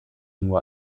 nur